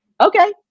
Okay